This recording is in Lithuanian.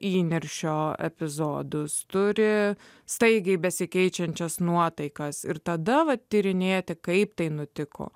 įniršio epizodus turi staigiai besikeičiančias nuotaikas ir tada tyrinėti kaip tai nutiko